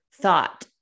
thought